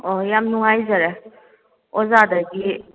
ꯑꯣ ꯌꯥꯝ ꯅꯨꯡꯉꯥꯏꯖꯔꯦ ꯑꯣꯖꯥꯗꯒꯤ